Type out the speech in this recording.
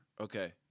Okay